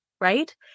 right